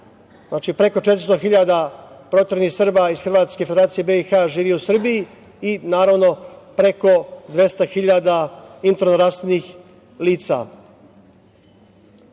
preko 400.000 proteranih Srba iz Hrvatske i Federacije BiH živi u Srbiji i, naravno, preko 200.000 internoraseljenih lica.U